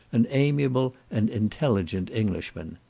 an amiable and intelligent englishman.